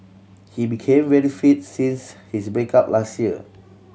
he became very fits since his break up last year